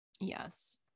yes